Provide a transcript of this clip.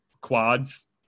quads